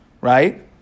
right